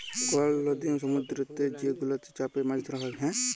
call লদি সমুদ্দুরেতে যে গুলাতে চ্যাপে মাছ ধ্যরা হ্যয়